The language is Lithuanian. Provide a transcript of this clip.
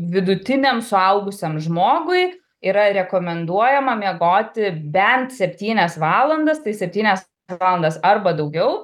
vidutiniam suaugusiam žmogui yra rekomenduojama miegoti bent septynias valandas tai septynias valandas arba daugiau